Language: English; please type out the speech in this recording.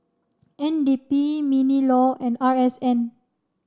N D P MINLAW and R S N